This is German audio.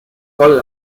voll